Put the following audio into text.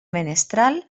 menestral